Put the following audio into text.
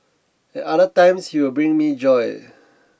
other times he will bring me joy